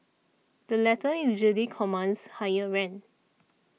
the latter usually commands higher rent